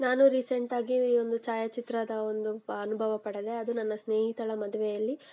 ನಾನು ರೀಸೆಂಟಾಗಿ ಒಂದು ಛಾಯಾಚಿತ್ರದ ಒಂದು ಅನುಭವ ಪಡೆದೆ ಅದು ನನ್ನ ಸ್ನೇಹಿತಳ ಮದುವೆಯಲ್ಲಿ